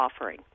offering